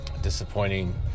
disappointing